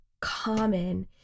common